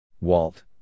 Walt